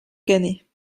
cannet